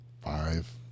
five